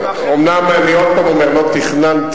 אומנם אני עוד פעם אומר: לא תכננתי